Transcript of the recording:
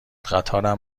قطارم